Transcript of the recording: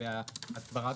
לגבי ההסבר,